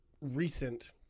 recent